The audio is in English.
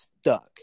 stuck